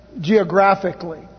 geographically